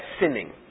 sinning